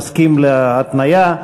מסכים להתניה.